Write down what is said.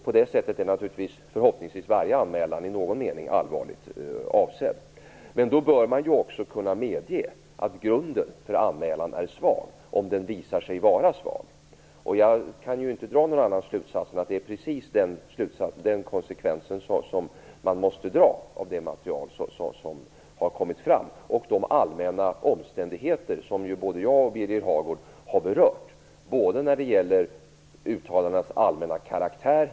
På det sättet är förhoppningsvis varje anmälan i någon mening allvarligt avsedd. Man bör då också kunna medge att grunden för anmälan är svag om den visar sig vara svag. Jag kan inte dra någon annan slutsats än att det är precis det som är konsekvensen av det material som har framkommit och de allmänna omständigheter som jag och Birger Hagård har berört. Uttalandena hade allmän karaktär.